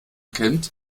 kämmt